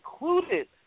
included